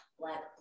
black